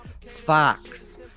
Fox